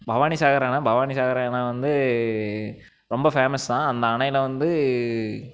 பவானிசாகர் அணை பவானிசாகர் அணை வந்து ரொம்ப ஃபேமஸ் தான் அந்த அணையில் வந்து